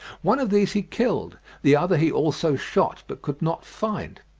one of these he killed the other he also shot, but could not find.